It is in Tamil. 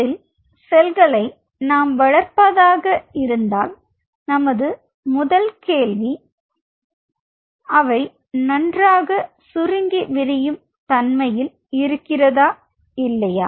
அதில் செல்களை நாம் வளர்ப்பதாக இருந்தால் நமது முதல் கேள்வி அவை நன்றாக சுருங்கி விரியும் தன்மையில் இருக்கிறதா இல்லையா